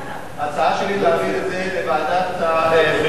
ההצעה שלי היא להעביר את זה לוועדת החינוך.